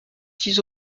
six